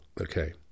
Okay